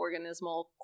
organismal